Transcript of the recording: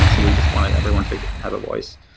and so we just wanted everyone to have a voice.